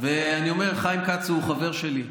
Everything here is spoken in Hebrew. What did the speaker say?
ואני אומר, חיים כץ הוא חבר שלי.